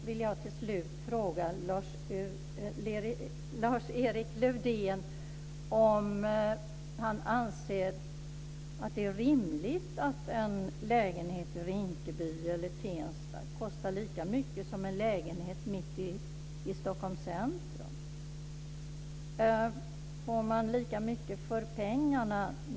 Till slut vill jag fråga Lars-Erik Lövdén om han anser att det är rimligt att en lägenhet i Rinkeby eller Tensta kostar lika mycket som en lägenhet mitt i Stockholms centrum. Får man lika mycket för pengarna?